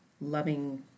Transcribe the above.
loving